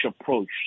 approach